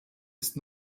ist